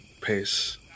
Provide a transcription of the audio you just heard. pace